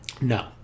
No